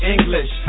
English